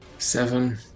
Seven